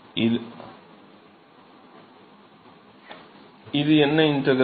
இது என்ன இன்டெக்ரல்